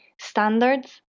standards